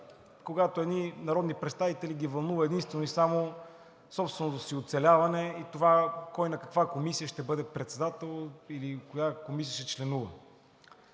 когато едни народни представители ги вълнува единствено и само собственото им оцеляване и това кой на каква комисия ще бъде председател или в коя комисия ще членува.